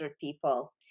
people